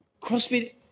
CrossFit